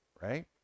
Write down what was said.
right